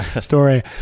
story